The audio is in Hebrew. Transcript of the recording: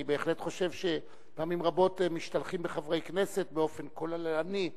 אני בהחלט חושב שפעמים רבות משתלחים בחברי כנסת באופן כוללני.